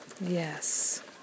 Yes